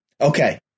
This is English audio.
Okay